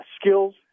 skills